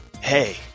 Hey